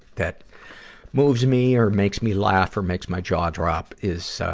that moves me or makes me laugh or makes my jaw drop is, so